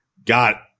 got